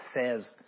says